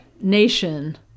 nation